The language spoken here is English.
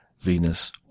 Venus